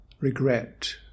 regret